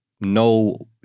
no